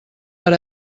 per